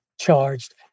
charged